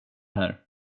här